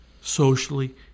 socially